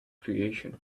creation